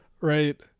right